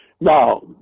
Now